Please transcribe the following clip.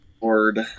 Lord